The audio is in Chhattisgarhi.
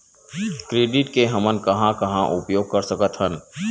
क्रेडिट के हमन कहां कहा उपयोग कर सकत हन?